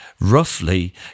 roughly